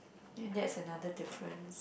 and that's another difference